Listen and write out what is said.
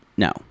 no